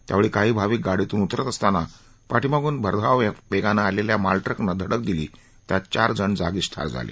त्यावेळी काही भाविक गाडीतून उतरत असतांना पाठीमागून भरघाव वेगानं आलेल्या मालट्रकनं धडक दिली त्यात चार जण जागीच ठार झाले